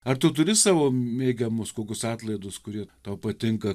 ar tu turi savo mėgiamus kokius atlaidus kurie tau patinka